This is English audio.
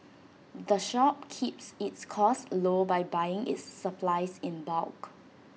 the shop keeps its costs low by buying its supplies in bulk